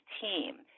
team